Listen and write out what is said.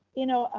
you know,